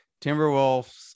Timberwolves